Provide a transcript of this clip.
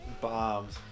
Bombs